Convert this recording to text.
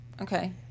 Okay